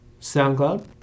SoundCloud